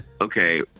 okay